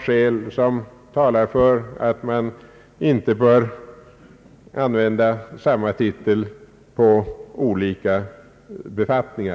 skälet att man inte bör använda samma titel för olika befattningar.